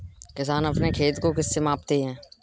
किसान अपने खेत को किससे मापते हैं?